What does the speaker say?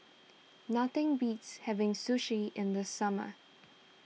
nothing beats having Sushi in the summer